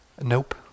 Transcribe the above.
Nope